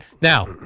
Now